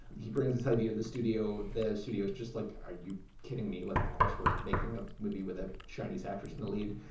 he brings this idea of the studio. the studio is just like, are you kidding me? like, of course, we're not making a movie with a chinese actress in the lead.